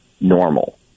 normal